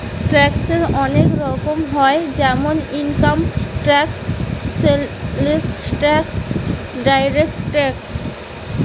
ট্যাক্সে অনেক রকম হয় যেমন income tax, sales tax, direct tax